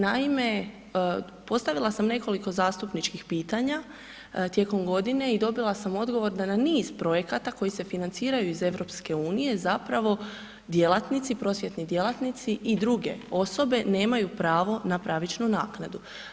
Naime, postavila sam nekoliko zastupničkih pitanja tijekom godine i dobila sam odgovor da na niz projekata koji se financiraju iz EU zapravo prosvjetni djelatnici i druge osobe nemaju pravo na pravičnu naknadu.